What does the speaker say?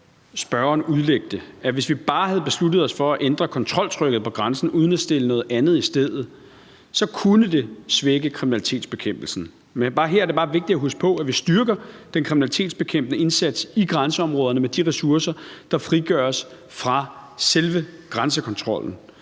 spørgeren udlægge det, at hvis vi bare havde besluttet os for at ændre kontroltrykket på grænsen uden at stille noget andet i stedet, kunne det svække kriminalitetsbekæmpelsen. Men her er det bare vigtigt at huske på, at vi styrker den kriminalitetsbekæmpende indsats i grænseområderne med de ressourcer, der frigøres fra selve grænsekontrollen.